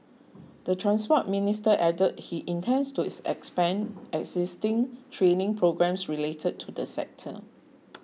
the Transport Minister added he intends to expand existing training programmes related to the sector